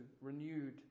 renewed